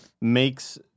makes